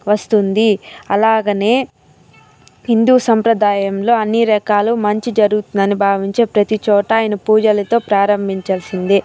వస్తుంది అలాగే హిందూ సంప్రదాయంలో అన్ని రకాలు మంచి జరుగుతుందని భావించే ప్రతి చోటా అయన పూజలతో ప్రారంభించాల్సిందే